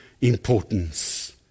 importance